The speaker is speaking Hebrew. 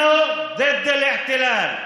אתה בעד צדק,